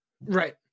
Right